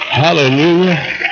Hallelujah